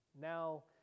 Now